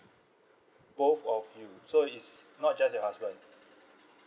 both of you so it's not just your husband